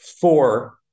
four